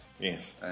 yes